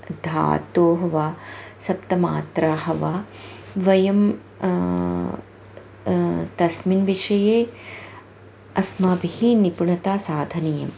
धातोः वा सप्तमात्राः वा वयं तस्मिन् विषये अस्माभिः निपुणता साधनीयम्